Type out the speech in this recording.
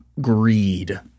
greed